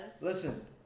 Listen